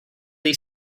they